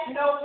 no